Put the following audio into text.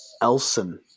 elson